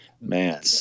Man